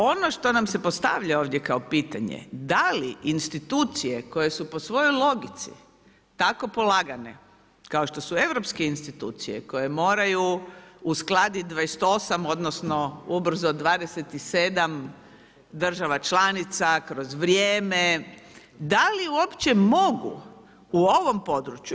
Ono što nam se postavlja ovdje kao pitanje, da li institucije koje su po svojoj logici tako polagane kao što su europske institucije koje moraju uskladiti 28 odnosno ubrzo 27 država članica kroz vrijeme, da li uopće mogu u ovom području?